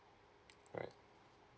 right